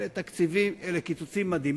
אלה קיצוצים מדהימים.